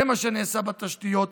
זה מה שנעשה בתשתיות,